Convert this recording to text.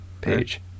Page